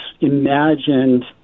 imagined